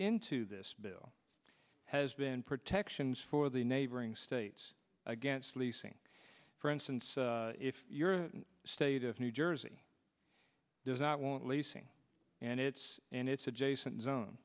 into this bill has been protections for the neighboring states against leasing for instance if your state of new jersey does not want leasing and its and its adjacent zone